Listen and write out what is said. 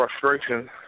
frustration